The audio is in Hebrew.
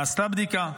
נעשתה בדיקה,